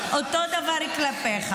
תרדו ותחסכו לנו שתיים וחצי דקות.